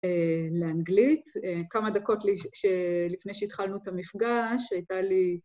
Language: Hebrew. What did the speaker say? לאנגלית. כמה דקות לפני שהתחלנו את המפגש הייתה לי...